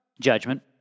Judgment